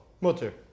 Motor